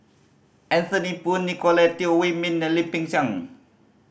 Anthony Poon Nicolette Teo Wei Min and Lim Peng Siang